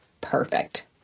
perfect